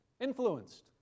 influenced